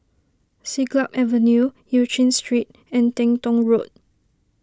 Siglap Avenue Eu Chin Street and Teng Tong Road